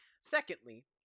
Secondly